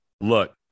look